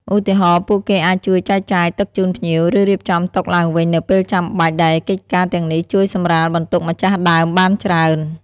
ឧទាហរណ៍ ពួកគេអាចជួយចែកចាយទឹកជូនភ្ញៀវ ឬ រៀបចំតុឡើងវិញនៅពេលចាំបាច់ដែលកិច្ចការទាំងនេះជួយសម្រាលបន្ទុកម្ចាស់ដើមបានច្រើន។